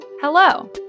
Hello